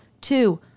two